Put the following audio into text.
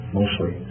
mostly